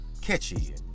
catchy